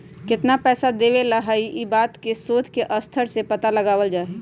कितना पैसा देवे ला हई ई बात के शोद के स्तर से पता लगावल जा हई